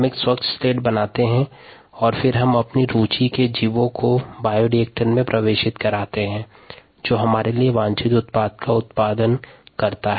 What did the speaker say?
एक स्वच्छ स्लेट बनाते हैं और फिर अपनी रुचि के जीवों को बायोरिएक्टर में प्रवेशित करते हैं वांछित उत्पाद का उत्पादन करता है